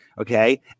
Okay